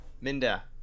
Minda